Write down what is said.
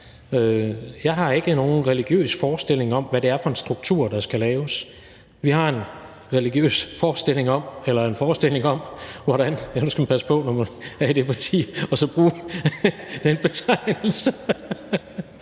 Jeg har ikke nogen religiøs forestilling om, hvad det er for en struktur, der skal laves. Vi har en religiøs forestilling om, eller en forestilling om – ja, nu skal man passe på, når man er det parti, med at bruge den betegnelse.